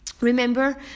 remember